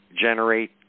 generate